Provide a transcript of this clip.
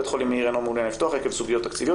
בית החולים מאיר איננו מעוניין לפתוח עקב סוגיות תקציביות,